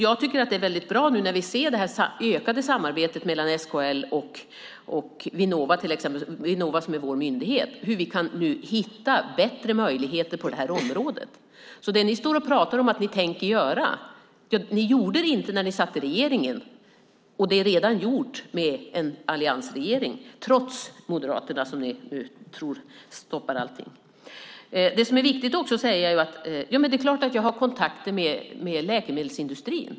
Jag tycker att det är väldigt bra när vi nu ser det ökade samarbetet mellan SKL och Vinnova, som är vår myndighet, för att hitta bättre möjligheter på det här området. Det ni pratar om att ni tänker göra gjorde ni inte när ni satt i regering, men det är redan gjort med en alliansregering, trots Moderaterna, som ni nu tror stoppar allting. Det som också är viktigt att säga är att det är klart att jag har kontakter med läkemedelsindustrin.